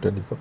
twenty four